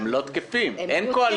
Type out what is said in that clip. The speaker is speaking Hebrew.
הם לא תקפים, אין קואליציה.